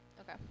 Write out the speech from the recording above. okay